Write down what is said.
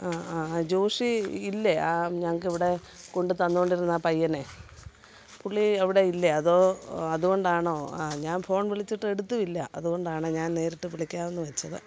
അ അ അ ജോഷി ഇല്ലേ ഞങ്ങൾക്കിവിടെ കൊണ്ട് തന്നു കൊണ്ടിരുന്ന ആ പയ്യനെ പുള്ളി അവിടെ ഇല്ലേ അതോ അതുകൊണ്ടാണോ അ ഞാൻ ഫോൺ വിളിച്ചിട്ട് എടുത്തും ഇല്ല അതുകൊണ്ടാണെ ഞാൻ നേരിട്ടു വിളിക്കാമെന്നു വെച്ചത്